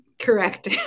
Correct